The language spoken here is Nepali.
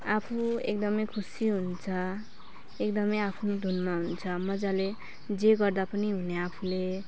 आफू एकदमै खुसी हुन्छ एकदमै आफ्नो धुनमा हुन्छ मजाले जे गर्दा पनि हुने आफूले